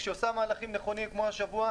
וכשהיא עושה מהלכים נכונים כמו השבוע,